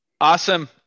awesome